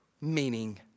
meaning